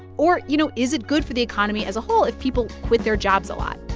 or, you know, is it good for the economy as a whole if people quit their jobs a lot?